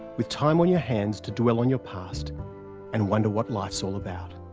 with time on your hands to dwell on your past and wonder what life's all about.